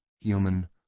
human